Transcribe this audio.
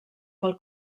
pel